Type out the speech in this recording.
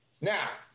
now